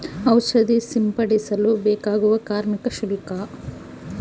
ಔಷಧಿ ಸಿಂಪಡಿಸಲು ಬೇಕಾಗುವ ಕಾರ್ಮಿಕ ಶುಲ್ಕ?